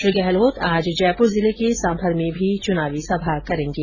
श्री गहलोत आज जयपुर जिले के सांभर में भी चुनावी सभा करेंगे